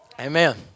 amen